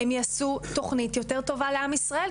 הם יעשו תוכנית יותר טובה לעם ישראל,